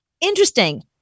Interesting